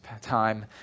time